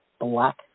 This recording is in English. black